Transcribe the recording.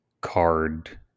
card